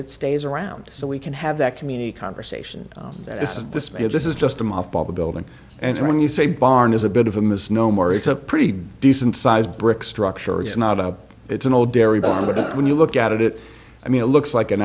it stays around so we can have that community conversation as this is this is just i'm off by the building and when you say barn is a bit of a misnomer it's a pretty decent sized brick structure it's not it's an old dairy barn but when you look at it i mean it looks like an